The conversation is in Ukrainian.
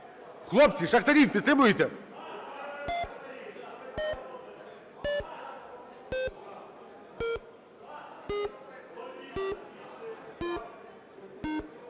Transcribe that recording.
Хлопці, шахтарі, підтримуєте?